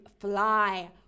fly